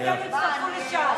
בבקשה, אז שישראל ביתנו יצטרפו לש"ס.